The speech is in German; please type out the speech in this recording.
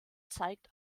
zeigt